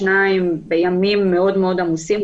שניים או שלושה בימים מאוד עמוסים.